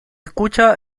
escucha